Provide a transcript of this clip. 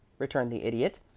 returned the idiot,